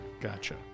gotcha